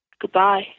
Goodbye